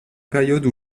période